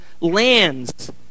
lands